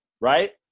Right